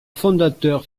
fondateur